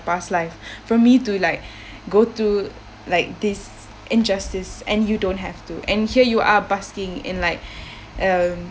past life for me to like go through like this injustice and you don't have to and here you are basking in like um